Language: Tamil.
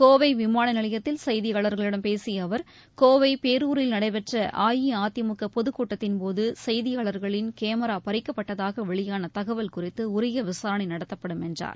கோவை விமான நிலையத்தில் செய்தியாளர்களிடம் பேசிய அவர் கோவை பேரூரில் நடைபெற்ற அஇஅதிமுக பொதுக்கூட்டத்தின்போது செய்தியாளர்களின் கேமரா பறிக்கப்பட்டதாக வெளியான தகவல் குறித்து உரிய விசாரணை நடத்தப்படும் என்றார்